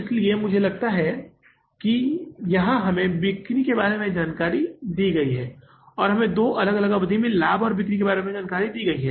इसलिए मुझे लगता है कि यहां हमें बिक्री के बारे में जानकारी दी गई है और हमें दो अलग अलग अवधि में लाभ और बिक्री के बारे में जानकारी दी गई है